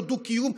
לא דו-קיום,